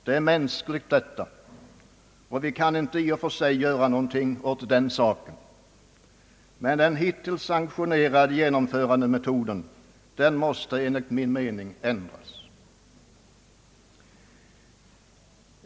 Det är mänskligt, och vi kan i princip inte göra något åt den saken. Men den hittills sanktionerade genomförandemetcden måste enligt min mening ändras.